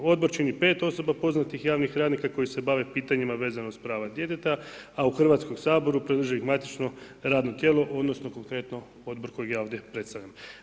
Odbor čini 5 osoba poznatih javnih radnika koji se bave pitanjima vezano uz prava djeteta, a u Hrvatskom saboru predlaže ih matično radno tijelo odnosno konkretno odbor kojeg ja ovdje predstavljam.